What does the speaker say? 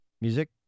Music